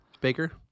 Baker